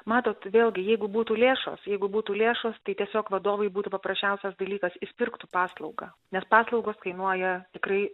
matot vėlgi jeigu būtų lėšos jeigu būtų lėšos tai tiesiog vadovui būtų paprasčiausias dalykas jis pirktų paslaugą nes paslaugos kainuoja tikrai